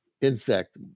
Insect